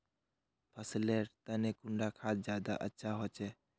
फसल लेर तने कुंडा खाद ज्यादा अच्छा होचे?